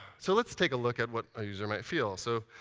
so let's take a look at what the user might feel. so,